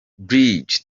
bridge